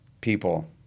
people